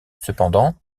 cependant